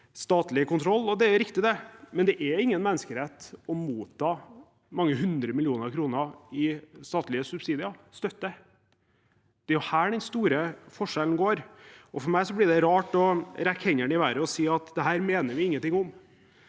statlig kontroll. Det er riktig, det, men det er ingen menneskerett å motta mange hundre millioner kroner i statlige subsidier og støtte. Det er her den store forskjellen ligger. For meg blir det rart å rekke hendene i været og si at dette mener man ingenting om.